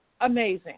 amazing